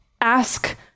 ask